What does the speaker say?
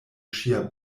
ŝia